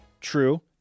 True